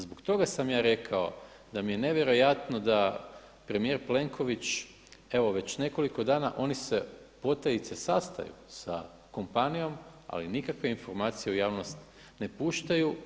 Zbog toga sam ja rekao da mi je nevjerojatno da premijer Plenković, evo već nekoliko dana oni se potajice sastaju sa kompanijom, ali nikakve informacije u javnost ne puštaju.